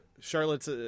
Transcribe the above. Charlotte's